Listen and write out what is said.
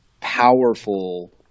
powerful